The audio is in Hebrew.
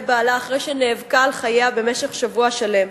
בעלה אחרי שנאבקה על חייה במשך שבוע שלם.